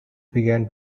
began